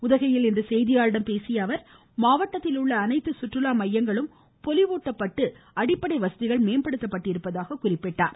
உதகையில் இன்று செய்தியாளர்களிடம் பேசிய அவர் மாவட்டத்தில் உள்ள அனைத்து சுற்றுலா மையங்களும் பொலிவூட்டப்பட்டு அடிப்படை வசதிகள் மேம்படுத்தப்பட்டிருப்பதாக கூறினார்